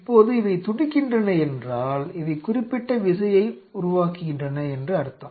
இப்போது இவை துடிக்கின்றன என்றால் இவை குறிப்பிட்ட விசையை உருவாக்குகின்றன என்று அர்த்தம்